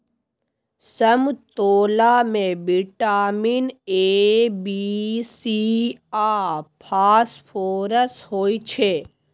समतोला मे vitamin A, B, C आ फास्फोरस होइ छै